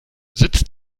sitz